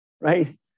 right